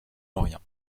orient